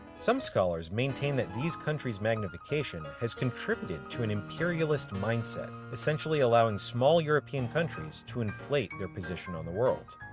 some scholars maintain that these countries magnification has contributed to and imperialist mindset. essentially allowing small european countries to inflate their position on the world.